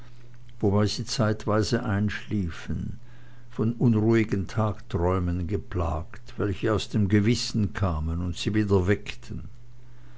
wobei sie zeitweise einschliefen von unruhigen tagträumen geplagt welche aus dem gewissen kamen und sie wieder weckten